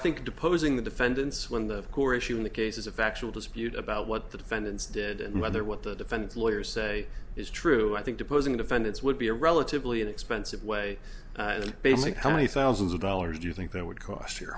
think deposing the defendants when the core issue in the case is a factual dispute about what the defendants did and whether what the defense lawyers say is true i think deposing defendants would be a relatively inexpensive way and basic how many thousands of dollars do you think that would cost here